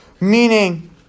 meaning